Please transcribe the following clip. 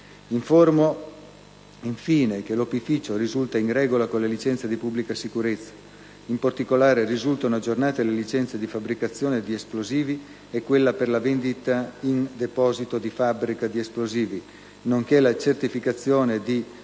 Informo, infine, che l'opificio risulta in regola con le licenze di pubblica sicurezza. In particolare, risultano aggiornate la licenza di fabbricazione di esplosivi e quella per la vendita in deposito di fabbrica di esplosivi, nonché la certificazione di prevenzione